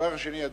הדבר השני,